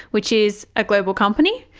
which is a global company.